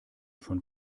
von